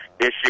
issue